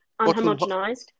unhomogenized